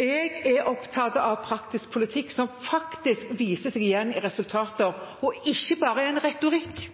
Jeg er opptatt av praktisk politikk som faktisk viser seg i resultater, og ikke bare er retorikk.